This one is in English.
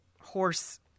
horse